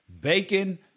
Bacon